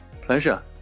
Pleasure